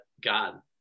God